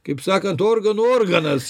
kaip sakant organų organas